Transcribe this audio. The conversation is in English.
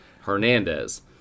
hernandez